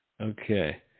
Okay